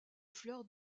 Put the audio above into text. fleurs